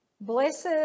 Blessed